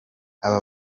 aba